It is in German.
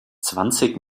zwanzig